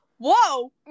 Whoa